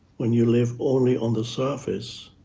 when you live only on the surface,